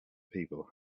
people